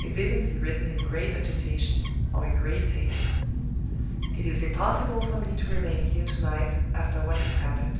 evidently written in great agitation or in great haste it is impossible for me to remain here to-night, after what has happened.